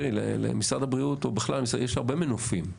תיראי למשרד הבריאות יש הרבה מנופים.